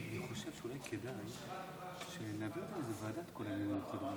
אני חושב שאולי כדאי שנעביר לוועדה את כל הימים המיוחדים.